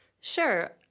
Sure